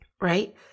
right